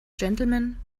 gentlemen